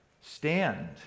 Stand